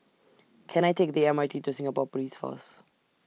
Can I Take The M R T to Singapore Police Force